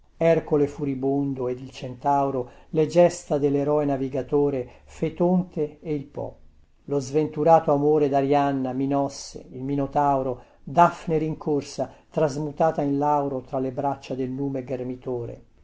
ercole furibondo ed il centauro la gesta delleroe navigatore fetonte e il po lo sventurato amore darianna minosse il minotauro dafne rincorsa trasmutata in lauro tra le braccia del nume